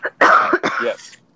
Yes